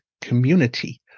community